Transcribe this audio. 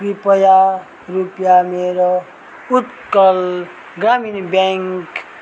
कृपया रुपियाँ मेरो उत्कल ग्रामीण ब्याङ्क